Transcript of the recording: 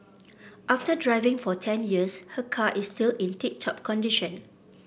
after driving for ten years her car is still in tip top condition